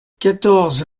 quatorze